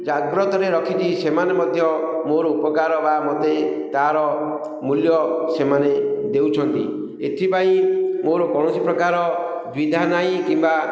ଜାଗ୍ରତରେ ରଖିଛି ସେମାନେ ମଧ୍ୟ ମୋର ଉପକାର ବା ମୋତେ ତା'ର ମୂଲ୍ୟ ସେମାନେ ଦେଉଛନ୍ତି ଏଥିପାଇଁ ମୋର କୌଣସି ପ୍ରକାର ଦ୍ୱିଧା ନାହିଁ କିମ୍ବା